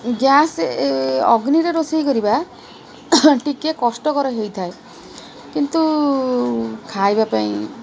gas ଅଗ୍ନିରେ ରୋଷେଇ କରିବା ଟିକେ କଷ୍ଟକର ହେଇଥାଏ କିନ୍ତୁ ଖାଇବା ପାଇଁ